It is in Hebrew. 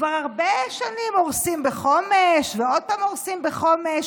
כבר הרבה שנים הורסים בחומש ועוד פעם הורסים בחומש.